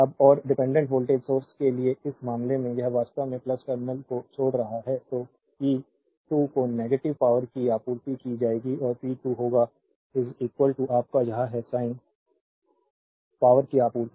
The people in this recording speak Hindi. अब और डिपेंडेंट वोल्टेज सोर्स के लिए इस मामले में यह वास्तव में टर्मिनल को छोड़ रहा है तो P2 को नेगेटिव पावरकी आपूर्ति की जाएगी और P2 होगा आपका यह है साइन पावरकी आपूर्ति